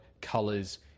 colors